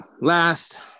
last